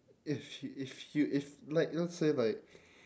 if y~ if y~ if like you know say like